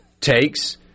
takes